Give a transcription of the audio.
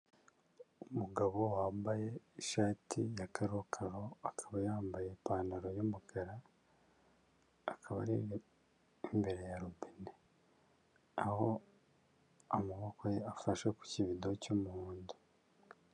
Umugabo wambaye ishati ya karokaro, akaba yambaye ipantaro y'umukara, akaba ari imbere ya robine aho amaboko ye afashe ku kibido cy'umuhondo.